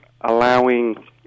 allowing